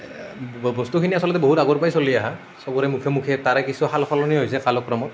বস্তুখিনি আচলতে বহুত আগৰ পৰাই চলি অহা সবৰে মুখে মুখে তাৰে কিছু সাল সলনি হৈছে কালক্ৰমত